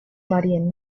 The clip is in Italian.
marine